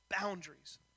boundaries